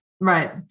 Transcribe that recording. Right